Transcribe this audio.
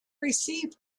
received